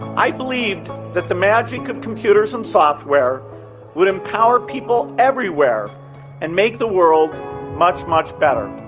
i believed that the magic of computers and software would empower people everywhere and make the world much, much better.